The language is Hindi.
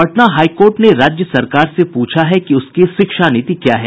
पटना हाई कोर्ट ने राज्य सरकार से प्रछा है कि उसकी शिक्षा नीति क्या है